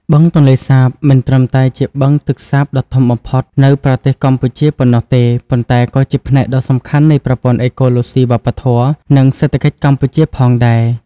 បឹងទន្លេសាបមិនត្រឹមតែជាបឹងទឹកសាបដ៏ធំបំផុតនៅប្រទេសកម្ពុជាប៉ុណ្ណោះទេ ប៉ុន្តែក៏ជាផ្នែកដ៏សំខាន់នៃប្រព័ន្ធអេកូឡូស៊ី វប្បធម៌ និងសេដ្ឋកិច្ចកម្ពុជាផងដែរ។